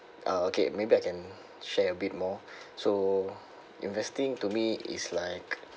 ah okay maybe I can share a bit more so investing to me is like